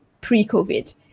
pre-covid